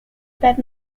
bed